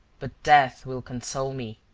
but death will console me.